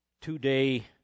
two-day